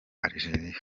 algeria